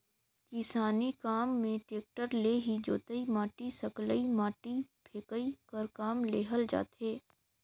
किसानी काम मे टेक्टर ले ही जोतई, माटी सकलई, माटी फेकई कर काम लेहल जाथे